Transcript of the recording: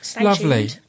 lovely